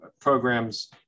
programs